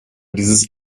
dieses